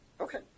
Okay